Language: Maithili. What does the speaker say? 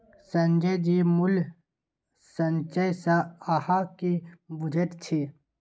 संजय जी मूल्य संचय सँ अहाँ की बुझैत छी?